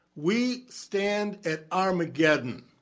we stand at armageddon,